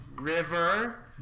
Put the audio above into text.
River